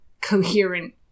coherent